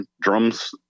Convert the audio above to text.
drums